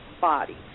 body